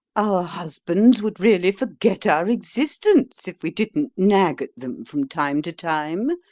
our husbands would really forget our existence if we didn't nag at them from time to time,